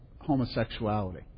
homosexuality